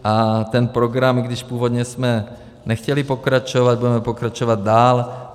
A ten program, i když původně jsme nechtěli pokračovat, budeme pokračovat dál.